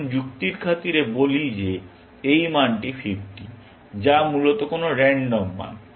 আসুন যুক্তির খাতিরে বলি যে এই মানটি 50 যা মূলত কোনো রান্ডম মান